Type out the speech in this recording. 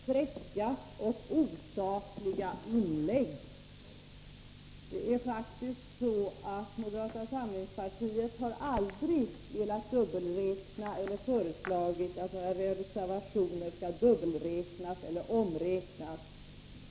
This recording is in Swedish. : Herr talman! Jag måste faktiskt ta kammarens tid i anspråk några minuter och bemöta Pär Granstedts fräcka och osakliga inlägg. Moderata samlingspartiet har aldrig föreslagit att några reservationer skall dubbelräknas eller omräknas.